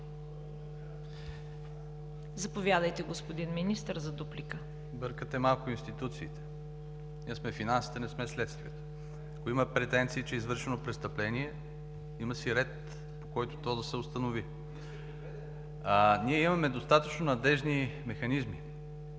Заповядайте, господин Министър за дуплика. МИНИСТЪР ВЛАДИСЛАВ ГОРАНОВ: Бъркате малко институциите. Ние сме финансите, не сме следствието. Ако има претенции, че е извършено престъпление, има си ред, по който то да се установи. Ние имаме достатъчно надеждни механизми